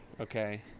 okay